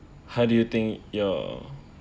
how do you think your